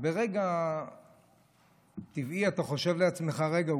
ברגע טבעי אתה חושב לעצמך: רגע,